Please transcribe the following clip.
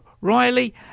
Riley